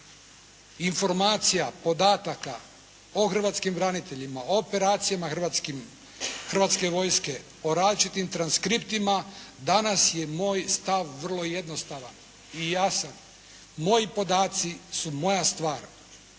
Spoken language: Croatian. informacija, podataka o hrvatskim braniteljima, o operacijama Hrvatske vojske, o različitim transkriptima, danas je moj stav vrlo jednostavan. I jasan! Moji podaci su moja stvar.